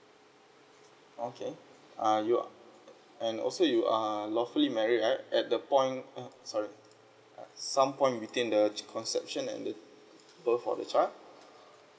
oh okay uh you are and also you are lawfully married right at the point uh sorry err some point between the conception and the birth of the child